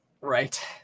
Right